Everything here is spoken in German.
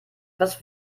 etwas